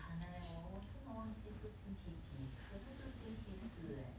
惨了 leh 我我真的忘记是星期几可能是星期四 leh